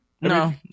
No